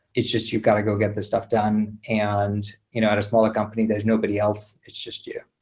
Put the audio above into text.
it's just you got to go get the stuff done. and you know at a smaller company, there's nobody else. it's just you.